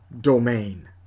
domain